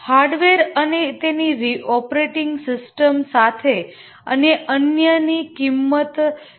hardware અને તેની operating system સાથે અને અન્ય ની કિંમત 45000 છે